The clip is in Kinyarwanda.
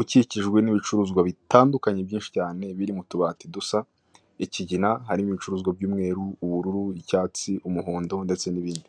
ukikijwe n'ibicuruzwa bitandukanye byinshi cyane biri mu tubati dusa ikigina harimo ibicuruzwa by'umweru, ubururu, icyatsi, umuhondo ndetse n'ibindi.